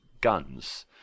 guns